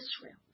Israel